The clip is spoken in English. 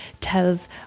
tells